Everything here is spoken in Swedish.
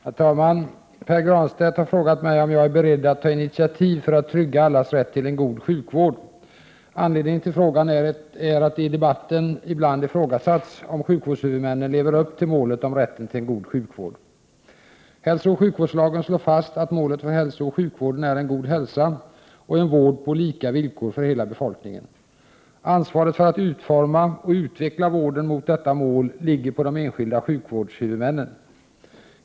Herr talman! Pär Granstedt har frågat mig om jag är beredd att ta initiativ för att trygga allas rätt till en god sjukvård. Anledningen till frågan är att det i debatten ibland ifrågasatts om sjukvårdshuvudmännen lever upp till målet om rätten till en god sjukvård. Hälsooch sjukvårdslagen slår fast att målet för hälsooch sjukvården är en god hälsa och en vård på lika villkor för hela befolkningen. Ansvaret för att utforma och utveckla vården mot detta mål ligger på de enskilda sjukvårdshuvudmännen.